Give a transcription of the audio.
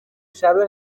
شبه